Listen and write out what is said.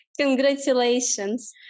Congratulations